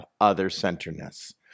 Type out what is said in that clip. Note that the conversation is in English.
other-centeredness